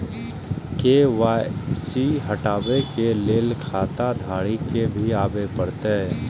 KYC हटाबै के लैल खाता धारी के भी आबे परतै?